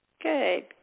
Good